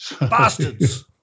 Bastards